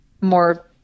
more